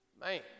Man